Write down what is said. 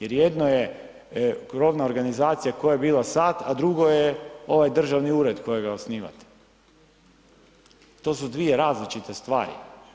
Jer jedno je krovna organizacija koja je bila sad a drugo je ovaj državni ured kojega osnivate, to su dvije različite stvari.